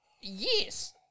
Yes